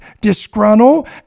disgruntled